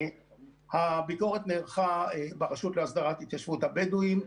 הביקורת נערכה ברשות להסדרת התיישבות הבדואים,